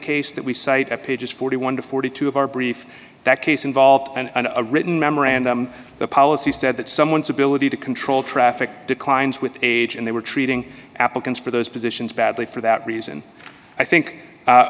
case that we cite at pages forty one to forty two of our brief that case involved and a written memorandum the policy said that someone's ability to control traffic declines with age and they were treating applicants for those positions badly for that reason i think